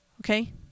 okay